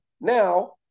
Now